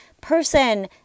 person